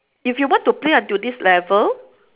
if you want to play until this level